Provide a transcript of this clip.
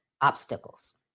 obstacles